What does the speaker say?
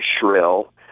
shrill